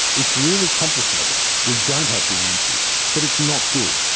it's really complicated, we don't have the answers, but it's not good,